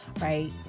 Right